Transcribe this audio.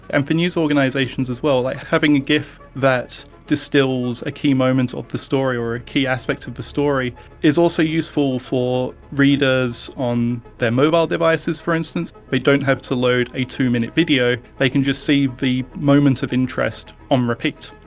and for news organisations as well, having a gif that distils a key moment of the story or a key aspect of the story is also useful for readers on their mobile devices for instance. they don't have to load a two-minute video, they can just see the moment of interest on um repeat.